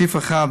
סעיף 1,